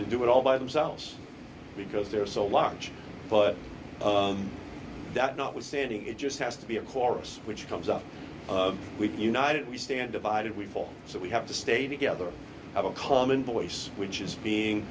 to do it all by themselves because they're so large but that notwithstanding it just has to be a chorus which comes out of we united we stand divided we fall so we have to stay together have a common voice which is being